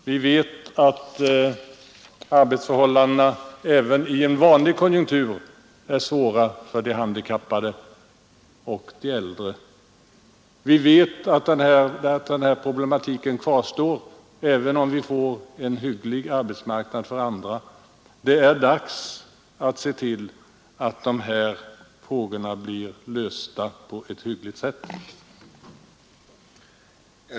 Vi vet att det är svårt för handikappade och äldre att skaffa sig arbete även i en vanlig konjunktur. Denna problematik kommer alltså att kvarstå även om vi får en hygglig arbetsmarknad för andra. Det är dags att se till att dessa frågor blir lösta på ett tillfredsställande sätt.